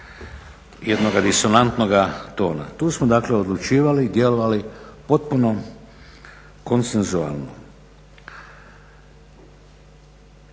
jednoga disonantnoga tona. Tu smo dakle odlučivali i djelovali potpuno konsenzualno.